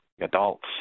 adults